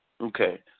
Okay